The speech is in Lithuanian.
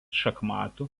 šachmatų